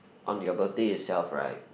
on your birthday itself right